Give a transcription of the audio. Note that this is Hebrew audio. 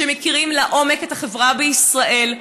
שמכירים לעומק את החברה בישראל,